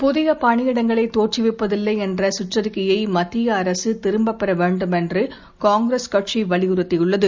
புதிய பணியிடங்களை தோற்றுவிப்பதில்லை என்ற சுற்றறிக்கையை மத்திய அரசு திரும்பப் பெற வேண்டும் என்று காங்கிரஸ் கட்சி வலியுறுத்தியுள்ளது